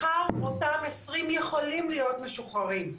מחר אותם 20 יכולים להיות משוחררים,